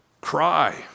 cry